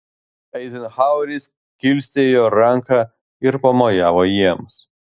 eizenhaueris kilstelėjo ranką ir pamojavo jiems